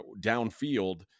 downfield